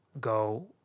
go